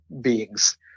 beings